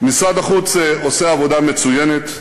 משרד החוץ עושה עבודה מצוינת,